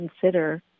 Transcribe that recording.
consider